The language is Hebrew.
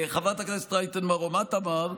חברת הכנסת רייטן מרום, את אמרת: